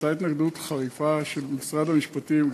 הייתה התנגדות חריפה של משרד המשפטים,